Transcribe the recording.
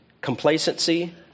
complacency